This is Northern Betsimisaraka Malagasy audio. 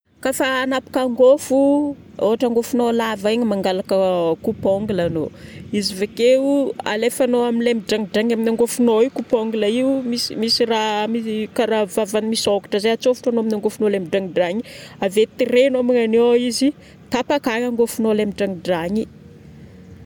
Kafa hanapaka angofo, ôhatra angofonao lava igny mangalaka coupe-ongle anao. Izy vakeo alefanao amin'ilay midrangidrangy amin'ny angofonao io coupe-ongle io misy raha karaha vavany misôkatra zay atsofotranao amin'ny angofonao lay midrangidrangy. Ave tiregnao magnaniô izy, tapaka ny angofonao lay midrangidrangy.